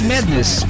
Madness